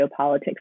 geopolitics